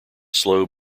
slow